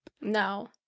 No